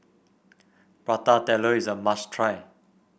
Prata Telur is a must try